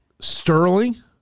Sterling